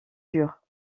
dure